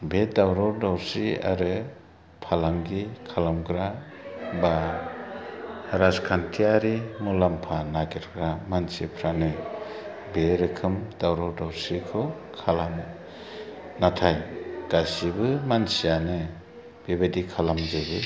बे दावराव दावसि आरो फालांगि खालामग्रा बा राजखान्थियारि मुलाम्फा नागिरग्रा मानसिफ्रानो बे रोखोम दावराव दावसिखौ खालामो नाथाय गासिबो मानसियानो बेबायदि खालामजोबो